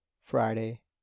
Friday